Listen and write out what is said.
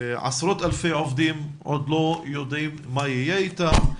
עשרות אלפי עובדים עוד לא יודעים מה יהיה איתם,